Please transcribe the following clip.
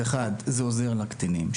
זה עוזר לקטינים.